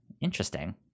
Interesting